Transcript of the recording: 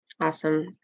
Awesome